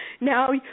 now